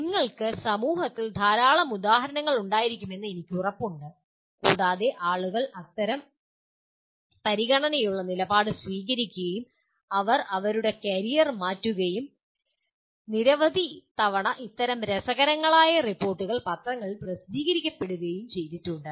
നിങ്ങൾക്ക് സമൂഹത്തിൽ ധാരാളം ഉദാഹരണങ്ങൾ ഉണ്ടായിരിക്കുമെന്ന് എനിക്ക് ഉറപ്പുണ്ട് കൂടാതെ ആളുകൾ അത്തരം പരിഗണനയുള്ള നിലപാട് സ്വീകരിക്കുകയും അവർ അവരുടെ കരിയർ മാറ്റുകയും നിരവധി തവണ ഇത്തരം രസകരമായ റിപ്പോർട്ടുകൾ പത്രങ്ങളിൽ പ്രസിദ്ധീകരിക്കുകയും ചെയ്തിട്ടുണ്ട്